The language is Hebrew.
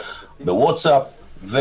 בווטסאפ,